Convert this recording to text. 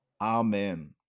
Amen